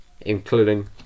including